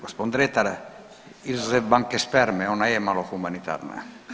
Gospodine Dretar, izuzev banke sperme ona je malo humanitarna.